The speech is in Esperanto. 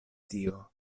tio